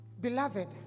Beloved